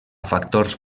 factors